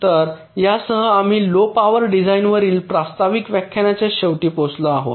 तर यासह आम्ही लो पॉवर डिझाइनवरील प्रास्ताविक व्याख्यानाच्या शेवटी पोहोचलो आहोत